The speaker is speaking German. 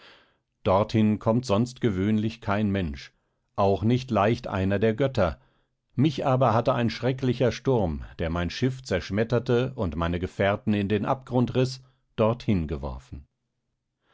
dorthin kommt sonst gewöhnlich kein mensch auch nicht leicht einer der götter mich aber hatte ein schrecklicher sturm der mein schiff zerschmetterte und meine gefährten in den abgrund riß dorthin geworfen